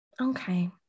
okay